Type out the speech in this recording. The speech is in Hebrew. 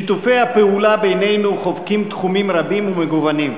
שיתופי הפעולה בינינו חובקים תחומים רבים ומגוונים,